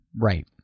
Right